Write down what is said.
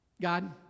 God